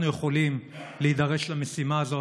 אנחנו יכולים להידרש למשימה הזאת,